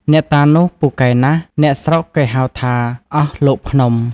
អ្នកតានោះ ពូកែណាស់ អ្នកស្រុកគេហៅថា អស់លោកភ្នំ ។